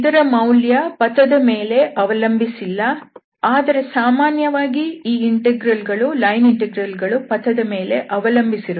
ಇದರ ಮೌಲ್ಯವು ಪಥದ ಮೇಲೆ ಅವಲಂಬಿಸಿಲ್ಲ ಆದರೆ ಸಾಮಾನ್ಯವಾಗಿ ಈ ಲೈನ್ ಇಂಟೆಗ್ರಲ್ ಗಳು ಪಥದ ಮೇಲೆ ಅವಲಂಬಿಸಿರುತ್ತವೆ